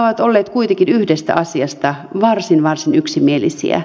ovat olleet kuitenkin yhdestä asiasta varsin varsin yksimielisiä